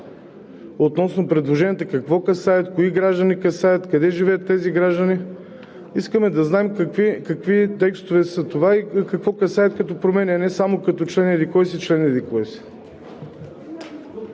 относно предложенията – какво касаят, кои граждани касаят, къде живеят тези граждани? Искаме да знаем какви текстове са това и какво касаят като промени, а не само като член еди-кой си, член еди-кой си.